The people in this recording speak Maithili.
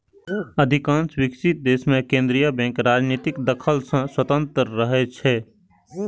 अधिकांश विकसित देश मे केंद्रीय बैंक राजनीतिक दखल सं स्वतंत्र रहै छै